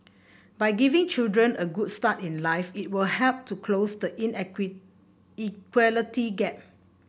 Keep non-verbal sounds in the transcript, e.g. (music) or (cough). by giving children a good start in life it will help to close the (unintelligible) inequality gap